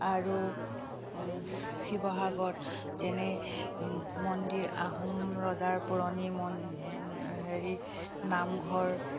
আৰু শিৱসাগৰত যেনে মন্দিৰ আহোম ৰজাৰ পুৰণি হেৰি নামঘৰ